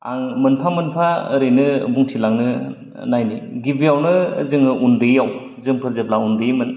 आं मोनफा मोनफा ओरैनो बुंथिलांनो नायनि गिबियावनो जोङो उन्दैयाव जोंफोर जेब्ला उन्दैमोन